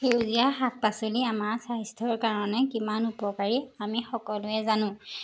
সেউজীয়া শাক পাচলি আমাৰ স্বাস্থ্যৰ কাৰণে কিমান উপকাৰী আমি সকলোৱে জানো